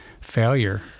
failure